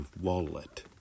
wallet